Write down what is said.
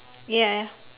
ya